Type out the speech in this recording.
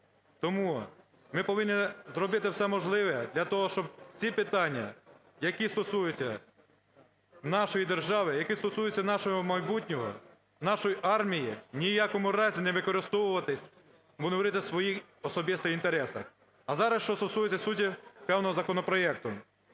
Тому ми повинні зробити все можливе для того, щоб ці питання, які стосуються нашої держави, які стосуються нашого майбутнього, нашої армії ні в якому разі не використовуватись, будемо говорити, в своїх особистих інтересах. А зараз, що стосується суті певного законопроекту.